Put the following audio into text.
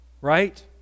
Right